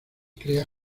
crea